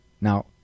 Now